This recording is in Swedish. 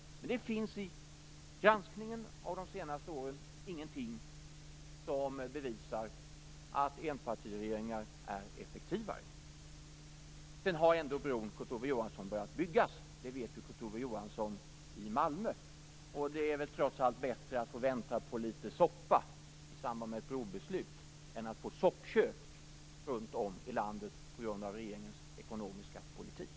Men det finns i granskningen under de senaste åren ingenting som bevisar att enpartiregeringar är effektivare. Nu har bron ändå börjat byggas i Malmö, Kurt Ove Johansson. Det vet ju Kurt Ove Johansson. Det är trots allt bättre att få vänta på litet soppa i samband med ett brobeslut än att få soppkök runt om i landet på grund av regeringens ekonomiska politik.